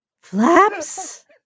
Flaps